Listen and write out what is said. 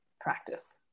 practice